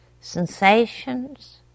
sensations